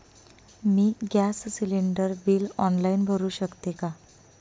मी gas cylinder bill online भरु शकते का?